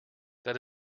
that